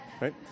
right